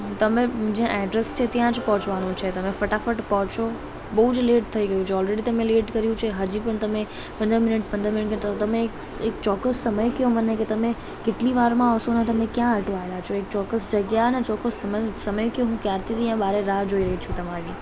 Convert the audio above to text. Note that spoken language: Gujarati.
તમે જે એડ્રેસ છે ત્યાં જ પહોંચવાનું છે તમે ફટાફટ પહોંચો બહુ જ લેટ થઇ ગયું છે ઓલરેડી તમે લેટ કર્યું છે હજી પણ તમે પંદર મિનીટ પંદર મિનીટ કહેતા તમે એક સ એક ચોક્કસ સમય કહો મને કે તમે કેટલી વારમાં આવશો ને તમે ક્યાં અટવાયેલા છો એક ચોક્કસ જગ્યા અને સમ સમય કહો હું ક્યારથી અહીંયા બહારે રાહ જોઇ રહી છું તમારી